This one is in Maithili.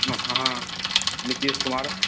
अहाँ नीतीश कुमार